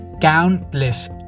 countless